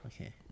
Okay